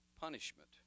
punishment